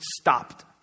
stopped